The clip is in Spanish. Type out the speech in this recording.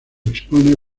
expone